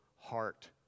heart